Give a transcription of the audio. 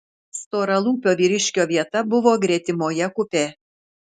storalūpio vyriškio vieta buvo gretimoje kupė